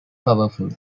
powerful